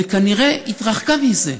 וכנראה היא התרחקה מזה.